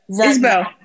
Isabel